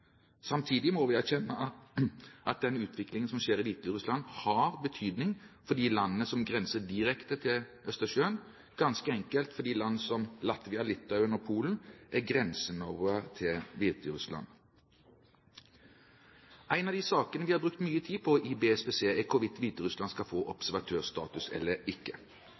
Samtidig må vi erkjenne at den utviklingen som skjer i Hviterussland, har betydning for de landene som grenser direkte til Østersjøen, ganske enkelt fordi land som Latvia, Litauen og Polen er grensenaboer til Hviterussland. En av de sakene vi har brukt mye tid på i BSPC, er hvorvidt Hviterussland skal få observatørstatus eller ikke.